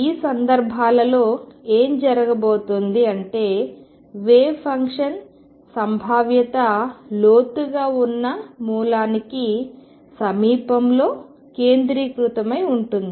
ఈ సందర్భాలలో ఏమి జరగబోతోంది అంటే వేవ్ ఫంక్షన్ సంభావ్యత లోతుగా ఉన్న మూలానికి సమీపంలో కేంద్రీకృతమై ఉంటుంది